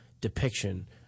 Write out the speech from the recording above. depiction